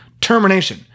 termination